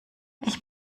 ich